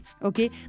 okay